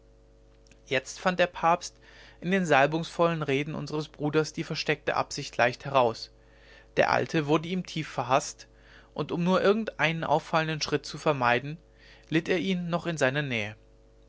jetzt fand der papst in den salbungsvollen reden unseres bruders die versteckte absicht leicht heraus der alte wurde ihm tief verhaßt und um nur irgendeinen auffallenden schritt zu vermeiden litt er ihn noch in seiner nähe